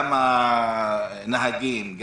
גם הנהגים,